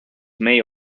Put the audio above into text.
may